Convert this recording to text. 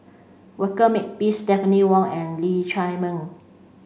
Walter Makepeace Stephanie Wong and Lee Chiaw Meng